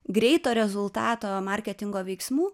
greito rezultato marketingo veiksmų